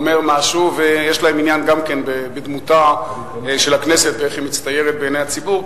יש להם עניין גם בדמותה של הכנסת ואיך היא מצטיירת בעיני הציבור.